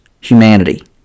humanity